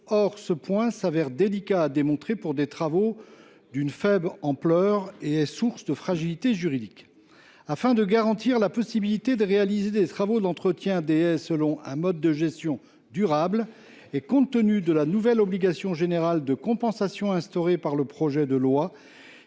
qui se révèle délicat à démontrer pour des travaux d’une faible ampleur, est source de fragilité juridique. Afin de garantir la possibilité de réaliser des travaux d’entretien des haies selon un mode de gestion durable, et compte tenu de la nouvelle obligation générale de compensation instaurée par le projet de loi,